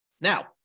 Now